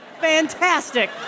fantastic